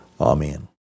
Amen